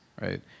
right